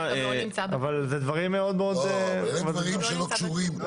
לא, אלה דברים שלא קשורים.